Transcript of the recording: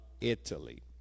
Italy